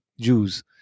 Jews